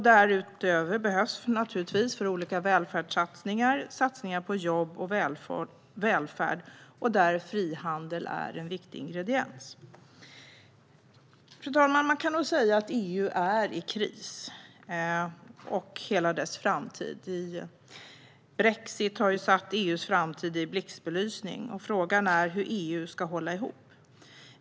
Därutöver behövs naturligtvis olika satsningar på jobb och välfärd, där frihandel är en viktig ingrediens. Fru talman! Man kan nog säga att EU och hela dess framtid är i kris. Brexit har ju satt EU:s framtid i blixtbelysning, och frågan är hur EU ska hålla ihop.